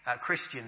Christian